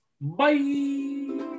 bye